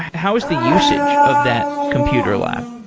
how was the usage of that computer lab?